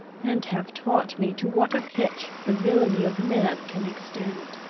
and have taught me to what a pitch the villainy of man can extend.